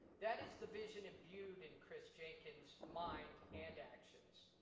that is the vision imbued in chris jenkins' minds and actions.